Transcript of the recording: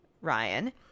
Ryan